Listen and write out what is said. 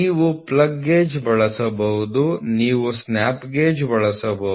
ನೀವು plug gauge ಬಳಸಬಹುದು ನೀವು ಸ್ನ್ಯಾಪ್ ಗೇಜ್ ಬಳಸಬಹುದು